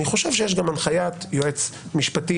אני חושב שיש גם הנחיית יועץ משפטי